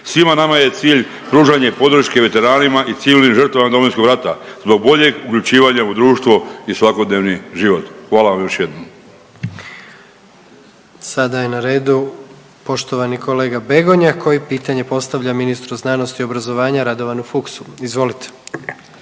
Svima nama je cilj pružanje podrške veteranima i civilnim žrtvama Domovinskog rata do boljeg uključivanja u društvo i svakodnevni život. Hvala vam još jednom. **Jandroković, Gordan (HDZ)** Sada je na redu poštovani kolega Begonja koji pitanje postavlja ministru znanosti i obrazovanja Radovanu Fuchsu, , izvolite.